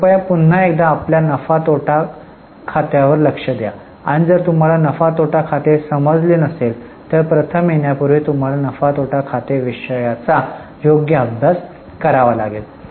कृपया पुन्हा एकदा आपल्या नफा तोटा खात्याकडे लक्ष द्या आणि जर तुम्हाला नफा तोटा खाते समजले नसेल तर प्रथम येण्यापूर्वी तुम्हाला नफा तोटा खाते विषयाचा योग्य अभ्यास करावा लागेल